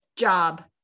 Job